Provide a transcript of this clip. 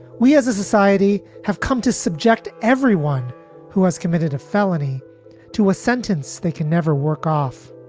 we as a society have come to subject everyone who has committed a felony to a sentence they can never work off.